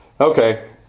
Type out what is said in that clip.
Okay